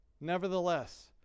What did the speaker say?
Nevertheless